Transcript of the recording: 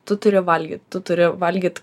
tu turi valgyt tu turi valgyt